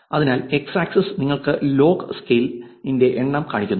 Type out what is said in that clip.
അതിനാൽ X axis നിങ്ങൾക്ക് log scale ഇന്റെ എണ്ണം കാണിക്കുന്നു